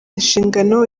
inshingano